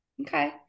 Okay